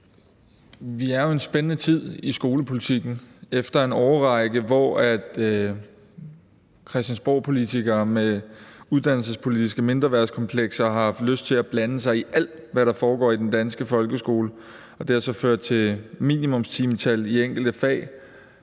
Vi er jo i en spændende tid i skolepolitikken efter en årrække, hvor christiansborgpolitikere med uddannelsespolitiske mindreværdskomplekser har haft lyst til at blande sig i alt, hvad der foregår i den danske folkeskole. Det har ført til minimumstimetal i enkelte fag,